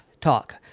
Talk